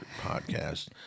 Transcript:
podcast